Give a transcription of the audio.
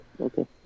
Okay